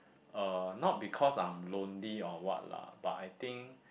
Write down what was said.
uh not because I am lonely or what lah but I think